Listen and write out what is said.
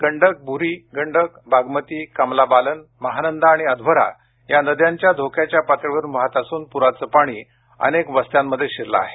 गंडक बुऱ्ही गंडक बागमती कमलाबालन महानंदा आणि अध्वरा या नद्या धोक्याच्या पातळीवरून वाहात असून पुराचं पाणी अनेक वस्त्यांमध्ये शिरलं आहे